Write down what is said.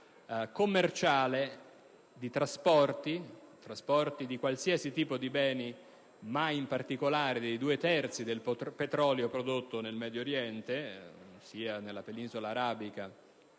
commerciale del trasporto di qualsiasi tipo di beni, ma in particolare dei due terzi del petrolio prodotto in Medio Oriente, sia nella penisola arabica